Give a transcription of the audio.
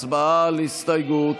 הצבעה על הסתייגות.